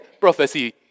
prophecy